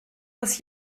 das